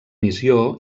missió